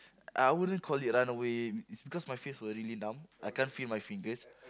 I wouldn't call it run away is because my face were really numb I can't feel my fingers